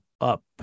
up